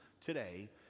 today